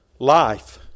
life